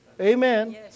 Amen